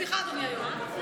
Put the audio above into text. סליחה, אדוני היו"ר.